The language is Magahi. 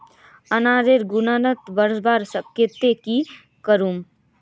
अनाजेर गुणवत्ता बढ़वार केते की करूम?